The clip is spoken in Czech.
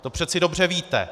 To přeci dobře víte.